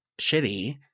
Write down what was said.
shitty